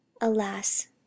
alas